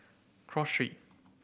Cross Street